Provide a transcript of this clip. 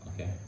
okay